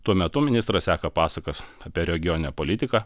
tuo metu ministras seka pasakas apie regioninę politiką